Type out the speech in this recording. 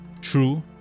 True